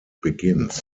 begins